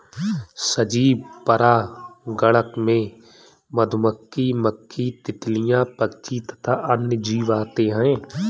सजीव परागणक में मधुमक्खी, मक्खी, तितलियां, पक्षी तथा अन्य जीव आते हैं